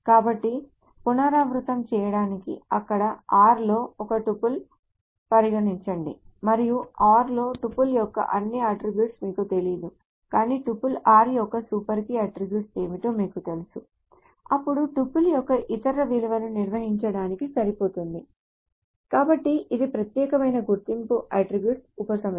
కాబట్టి పునరావృతం చేయడానికి అక్కడ R లో ఒక టుపుల్ పరిగణించండి మరియు R లో టుపుల్ యొక్క అన్ని అట్ట్రిబ్యూట్స్ మీకు తెలియదు కానీ టుపుల్ R యొక్క సూపర్ కీ అట్ట్రిబ్యూట్స్ ఏమిటో మీకు తెలుసు అప్పుడు టపుల్ యొక్క ఇతర విలువలను నిర్ణయించడానికి సరిపోతుంది కాబట్టి ఇది ప్రత్యేకమైన గుర్తింపు అట్ట్రిబ్యూట్స్ ఉపసమితి